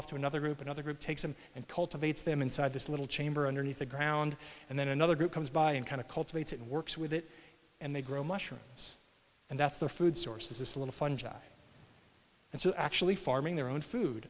off to another group another group takes them and cultivates them inside this little chamber underneath the ground and then another group comes by and kind of cultivate it works with it and they grow mushrooms and that's their food source is this little fungi and so actually farming their own food